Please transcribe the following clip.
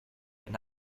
and